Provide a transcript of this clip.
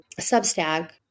Substack